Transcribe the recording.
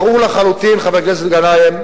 ברור לחלוטין, חבר הכנסת גנאים,